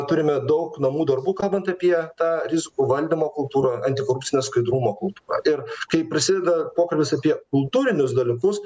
turime daug namų darbų kalbant apie tą rizikų valdymo kultūrą antikorupcinę skaidrumo kultūrą ir kai prasideda pokalbis apie kultūrinius dalykus